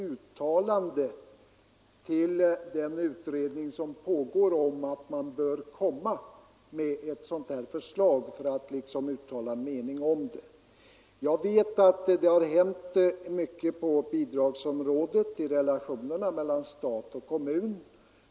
Det borde i vart fall kunna gå mycket bra att klart uttala vilka förslag den pågående utredningen bör lägga fram. Jag vet att det har hänt mycket på bidragsområdet i relationerna mellan stat och kommun.